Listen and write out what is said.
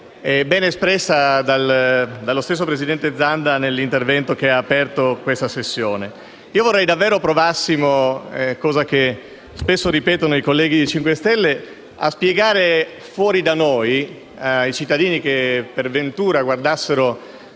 ben espressa dallo stesso presidente Zanda nell'intervento che ha aperto questa sessione. Vorrei davvero che provassimo - cosa che spesso ripetono i colleghi del Movimento 5 Stelle - a spiegare fuori da quest'Aula, ai cittadini che per ventura seguissero